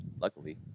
luckily